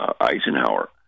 Eisenhower